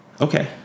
Okay